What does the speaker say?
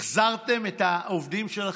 החזרתם את העובדים שלכם,